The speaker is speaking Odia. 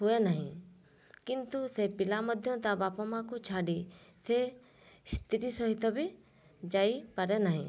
ହୁଏ ନାହିଁ କିନ୍ତୁ ସେ ପିଲା ମଧ୍ୟ ତା ବାପ ମାଆଙ୍କୁ ଛାଡ଼ି ସେ ସ୍ତ୍ରୀ ସହିତ ବି ଯାଇପାରେ ନାହିଁ